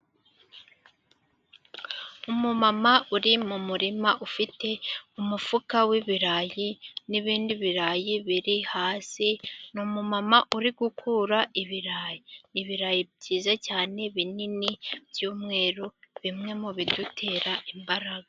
Umumama uri mu murima, ufite umufuka w'ibirayi n'ibindi birarayi biri hasi, ni umumama uri gukura ibirayi, ibirayi byiza cyane binini byumweru, bimwe mu bidutera imbaraga.